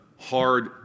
hard